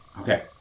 Okay